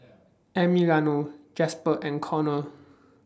Emiliano Jasper and Conor